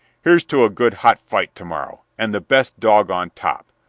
here's to a good, hot fight to-morrow, and the best dog on top!